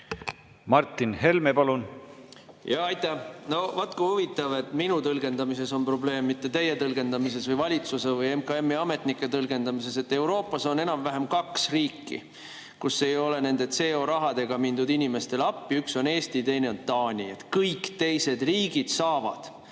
Martin Helme, palun!